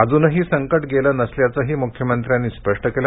अजूनही संकट गेलं नसल्याचंही मुख्यमंत्र्यांनी स्पष्ट केलं